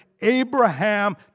Abraham